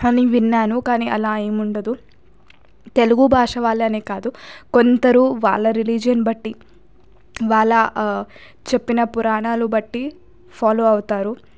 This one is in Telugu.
అని విన్నాను కానీ అలా ఏమీ ఉండదు తెలుగు భాష వాళ్ళనే కాదు కొందరు వాళ్ళ రిలీజియన్ బట్టి వాళ్ళ చెప్పిన పురాణాలని బట్టి ఫాలో అవుతారు